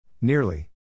Nearly